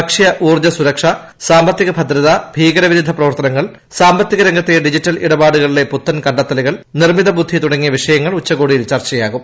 ഭക്ഷ്യ ഊർജ്ജ സുരക്ഷ സാമ്പത്തിക ഭദ്രത ഭീകര വിരുദ്ധ പ്രവർത്തനങ്ങൾ സാമ്പത്തിക രംഗത്തെ ഡിജിറ്റൽ ഇടപാടുകളിലെ പുത്തൻ കണ്ടെത്തലുകൾ നിർമ്മിതബുദ്ധി തുടങ്ങിയ വിഷയങ്ങൾ ഉച്ചകോടിയിൽ ചർച്ചയാകും